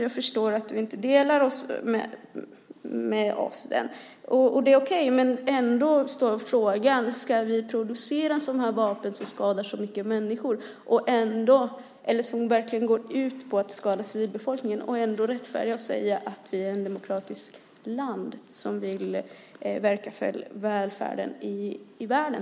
Jag förstår att du inte delar den med oss. Det är okej, men ändå återstår frågan: Ska vi producera sådana här vapen som skadar så många människor eller som verkligen går ut på att skada civilbefolkningen och rättfärdiga det med att säga att Sverige är ett demokratiskt land som vill verka för välfärden i världen?